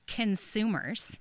consumers